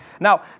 Now